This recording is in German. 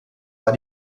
war